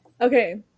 okay